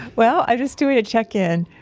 well, i'm just doing a check in.